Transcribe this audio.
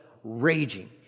raging